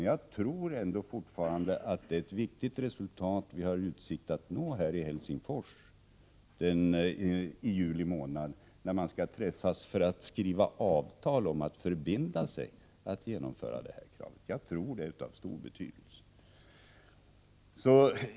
Jag tror fortfarande att det är viktiga resultat som vi har utsikter att nå i Helsingfors i juli när man skall träffas för att skriva avtal om att förbinda sig att uppfylla kraven. Jag tror att det är av stor betydelse.